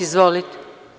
Izvolite.